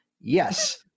Yes